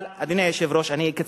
אבל, אדוני היושב-ראש, אני אקצר.